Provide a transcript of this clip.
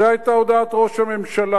זו היתה הודעת ראש הממשלה,